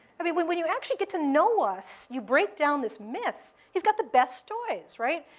i mean, when when you actually get to know us, you break down this myth, he's got the best toys, right?